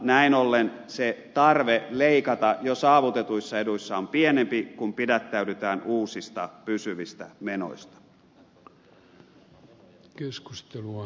näin ollen se tarve leikata jo saavutetuissa eduissa on pienempi kun pidättäydytään uusista pysyvistä menoista